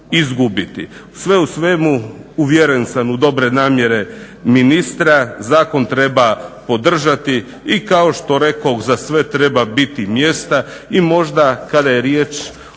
izgubiti. Sve u svemu, uvjeren sam u dobre namjere ministra, zakon treba podržati i kao što rekoh za sve treba biti mjesta i možda kada je riječ